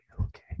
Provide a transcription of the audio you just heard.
okay